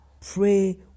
Pray